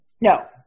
No